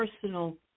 personal